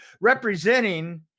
representing